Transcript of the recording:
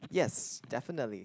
yes definitely